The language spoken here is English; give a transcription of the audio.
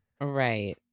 Right